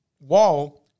Wall